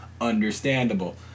understandable